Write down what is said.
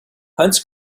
hunts